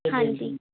ਹਾਂਜੀ